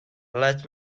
let